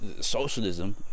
socialism